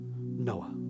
Noah